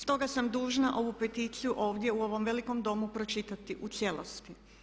Stoga sam dužna ovu peticiju ovdje u ovom velikom Domu pročitati u cijelosti.